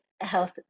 health